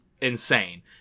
insane